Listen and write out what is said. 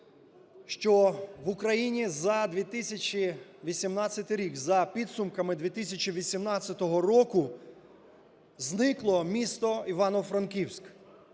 що в Україні за 2018 рік, за підсумками 2018 року, зникло місто Івано-Франківськ.